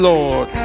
Lord